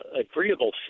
agreeable